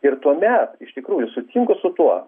ir tuomet iš tikrųjų sutinku su tuo